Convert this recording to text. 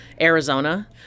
Arizona